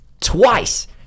Twice